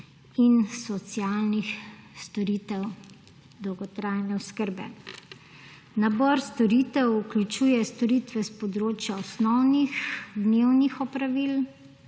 in socialnih storitev dolgotrajne oskrbe. Nabor storitev vključuje storitve s področja osnovnih dnevnih opravil,